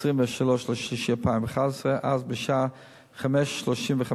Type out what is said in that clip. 23 במרס 2011. אז בשעה 05:35,